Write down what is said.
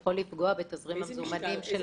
יכול לפגוע בתזרים המזומנים של הלקוח.